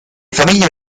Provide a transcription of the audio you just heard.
famiglie